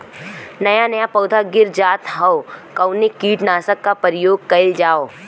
नया नया पौधा गिर जात हव कवने कीट नाशक क प्रयोग कइल जाव?